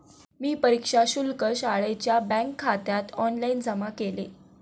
मी परीक्षा शुल्क शाळेच्या बँकखात्यात ऑनलाइन जमा केले